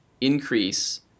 increase